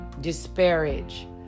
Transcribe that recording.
disparage